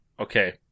Okay